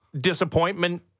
disappointment